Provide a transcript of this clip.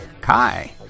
Kai